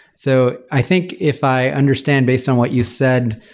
so i think if i understand based on what you said,